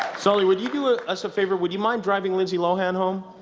sully, would you do ah us a favor, would you mind driving lindsay lohan home?